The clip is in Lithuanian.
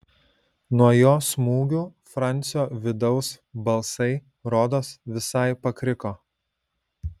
nuo jo smūgių francio vidaus balsai rodos visai pakriko